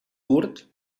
curts